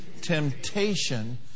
temptation